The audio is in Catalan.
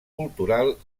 cultural